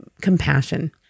compassion